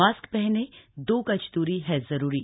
mask पहनें दो गज दूरी है जरूरी